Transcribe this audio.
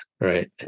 right